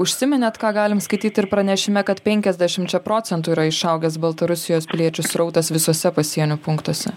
užsiminėt ką galim skaityt ir pranešime kad penkiasdešimčia procentų yra išaugęs baltarusijos piliečių srautas visuose pasienio punktuose